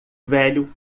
velho